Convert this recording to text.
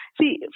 See